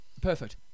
Perfect